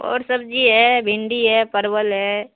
اور سبزی ہے بھنڈی ہے پرول ہے